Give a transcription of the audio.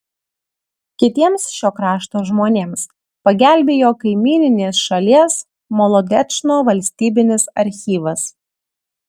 kitiems šio krašto žmonėms pagelbėjo kaimyninės šalies molodečno valstybinis archyvas